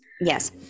yes